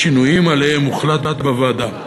בשינויים שעליהם הוחלט בוועדה.